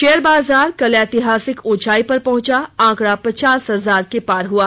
share बाजार कल ऐतिहासिक ऊंचाई पर पहुंचा आंकड़ा पचास हजार के पार हुआ